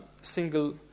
single